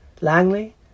Langley